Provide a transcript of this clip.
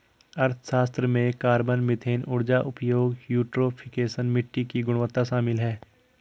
अर्थशास्त्र में carbon, methane ऊर्जा उपयोग, यूट्रोफिकेशन, मिट्टी की गुणवत्ता शामिल है